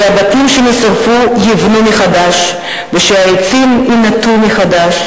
שהבתים שנשרפו ייבנו מחדש והעצים יינטעו מחדש